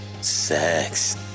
sex